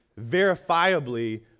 verifiably